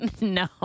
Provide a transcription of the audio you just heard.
No